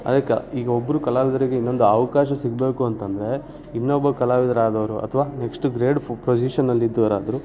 ಅದಕ್ಕೆ ಈಗ ಒಬ್ಬರು ಕಲಾವಿದ್ರಿಗೆ ಇನ್ನೊಂದು ಆ ಅವಕಾಶ ಸಿಗಬೇಕು ಅಂತಂದರೆ ಇನ್ನೊಬ್ಬ ಕಲಾವಿದರಾದವ್ರು ಅಥವಾ ನೆಕ್ಸ್ಟು ಗ್ರೇಡ್ ಫೊ ಪ್ರೊಸಿಷನಲ್ಲಿ ಇದ್ದವ್ರಾದ್ರೂ